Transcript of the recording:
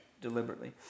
deliberately